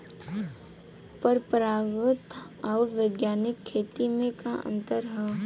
परंपरागत आऊर वैज्ञानिक खेती में का अंतर ह?